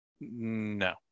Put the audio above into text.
No